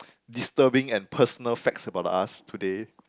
disturbing and personal facts about the us today